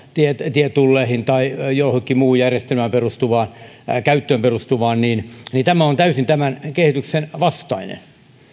tietulleihin tai johonkin muuhun järjestelmään perustuvaan käyttöön perustuvaan niin niin tämä on täysin tämän kehityksen vastainen